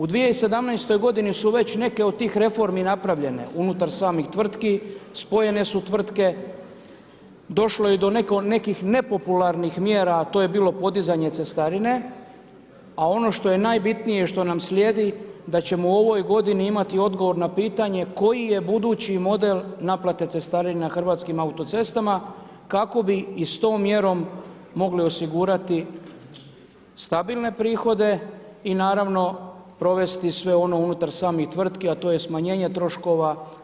U 2017. godini su već neke od tih reformi napravljene unutar samih tvrtki, spojene su tvrtke, došlo je do nekih nepopularnih mjera, a to je bilo podizanje cestarine, a ono što je najbitnije i što nam slijedi da ćemo u ovoj godini imati odgovor na pitanje koji je budući model naplate cestarina Hrvatskim autocestama kako bi i s tom mjerom mogli osigurati stabilne prihode i naravno provesti sve ono unutar samih tvrtki a to je smanjenje troškova.